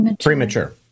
premature